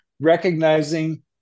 recognizing